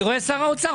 אני רואה ששר האוצר.